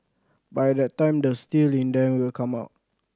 by that time the steel in them will come out